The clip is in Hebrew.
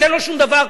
אתם לא שום דבר.